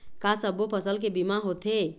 का सब्बो फसल के बीमा होथे?